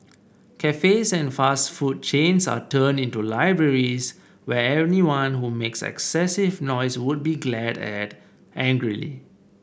cafes and fast food chains are turned into libraries where anyone who makes excessive noise would be glared at angrily